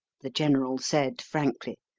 the general said frankly.